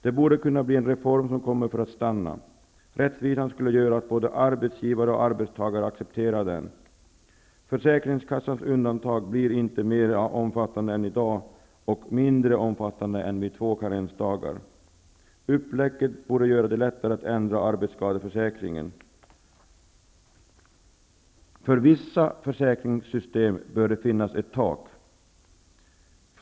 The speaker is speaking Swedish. Detta borde kunna bli en reform som kommer för att stanna. Rättvisan skulle göra att både arbetsgivare och arbetstagare accepterar reformen. Försäkringskassans undantag blir inte mer omfattande än i dag, och mindre omfattande än vid två karensdagar. Upplägget borde göra det lättare att ändra arbetsskadeförsäkringen. För vissa försäkringssystem bör det finnas ett tak.